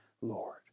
Lord